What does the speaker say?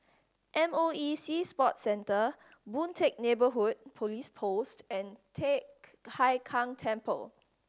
M O E Sea Sport Centre Boon Teck Neighbourhood Police Post and Teck Hai Keng Temple